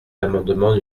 l’amendement